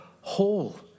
whole